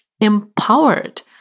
empowered